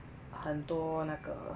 很多那个